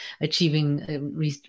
achieving